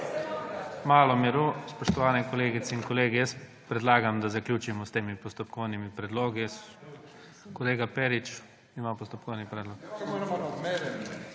Malo miru, spoštovane kolegice in kolegi. Jaz predlagam, da zaključimo s temi postopkovnimi predlogi. Kolega Perič ima postopkovni predlog.